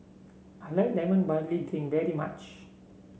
I like Lemon Barley Drink very much